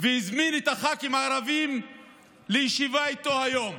והזמין את הח"כים הערבים לישיבה איתו היום.